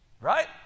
right